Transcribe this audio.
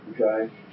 Okay